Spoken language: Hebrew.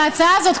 ההצעה הזאת,